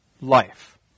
life